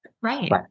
right